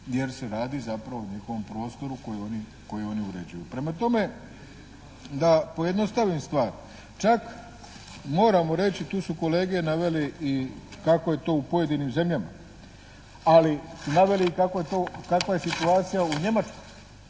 jer se radi zapravo o njihovom prostoru koji oni uređuju. Prema tome, da pojednostavim stvar. Čak moramo reći, tu su kolege naveli i kako je to u pojedinim zemljama, ali naveli to i kakva je situacija u Njemačkoj